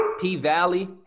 P-Valley